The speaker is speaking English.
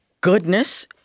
goodness